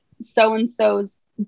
so-and-so's